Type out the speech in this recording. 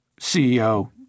CEO